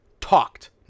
talked